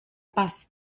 paz